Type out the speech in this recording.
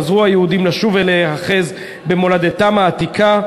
חזרו היהודים להיאחז במולדתם העתיקה,